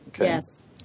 Yes